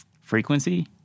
frequency